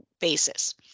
basis